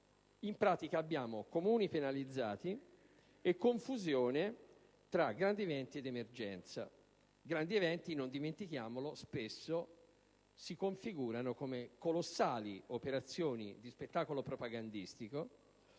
In pratica, abbiamo Comuni penalizzati e confusione tra grandi eventi ed emergenza. Grandi eventi, non dimentichiamolo, che spesso si configurano come colossali operazioni di spettacolo propagandistico: